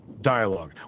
dialogue